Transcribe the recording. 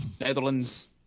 Netherlands